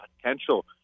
potential